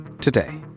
Today